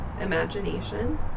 imagination